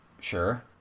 Sure